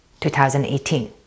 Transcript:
2018